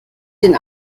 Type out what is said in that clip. den